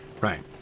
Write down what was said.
Right